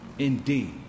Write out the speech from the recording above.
Indeed